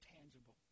tangible